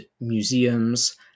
museums